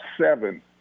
seven